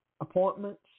appointments